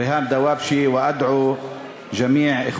של) ריהאם דוואבשה (אומר בערבית: אני קורא לכל אחי